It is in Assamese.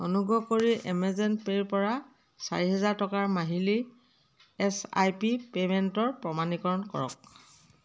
অনুগ্ৰহ কৰি এমেজন পে'ৰ পৰা চাৰি হেজাৰ টকাৰ মাহিলী এছ আই পি পে'মেণ্টৰ প্ৰমাণীকৰণ কৰক